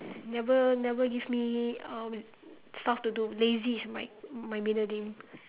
never never give me uh stuff to do lazy is my my middle name